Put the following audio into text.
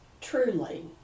truly